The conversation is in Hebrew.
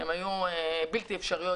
הן היו בלתי אפשריות,